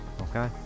Okay